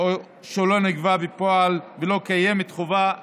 או לא נגבה בפועל, ולא קיימת חובת דיווח.